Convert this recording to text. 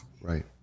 Right